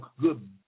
good